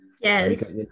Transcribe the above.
Yes